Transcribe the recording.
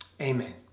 amen